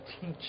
teach